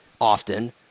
often